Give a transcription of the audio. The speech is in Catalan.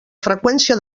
freqüència